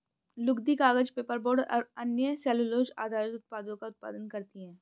लुगदी, कागज, पेपरबोर्ड और अन्य सेलूलोज़ आधारित उत्पादों का उत्पादन करती हैं